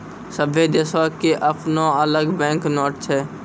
सभ्भे देशो के अपनो अलग बैंक नोट छै